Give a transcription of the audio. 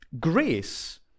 Grace